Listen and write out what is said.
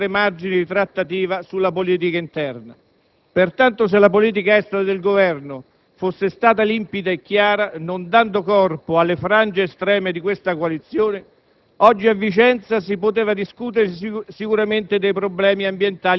e che mirano a mettere in difficoltà questa maggioranza per poi trovare margini di trattativa sulla politica interna. Pertanto, se la politica estera del Governo fosse stata limpida e chiara, non dando corpo alle frange estreme di questa coalizione,